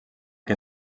que